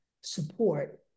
support